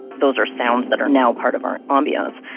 those are sounds that are now part of our ambiance.